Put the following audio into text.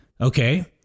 okay